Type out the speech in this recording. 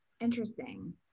Interesting